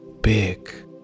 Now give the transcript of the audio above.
big